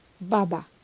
Baba